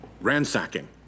ransacking